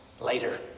later